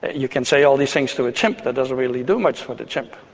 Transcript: you can say all these things to a chimp, that doesn't really do much for the chimp.